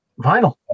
Vinyl